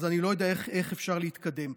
אני לא יודע איך אפשר להתקדם.